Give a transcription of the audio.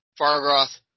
Fargroth